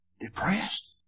Depressed